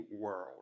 world